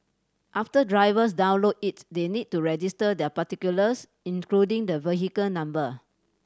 after drivers download it's they need to register their particulars including the vehicle number